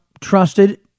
trusted